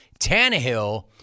Tannehill